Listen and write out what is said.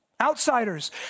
outsiders